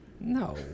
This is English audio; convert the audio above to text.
No